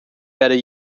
better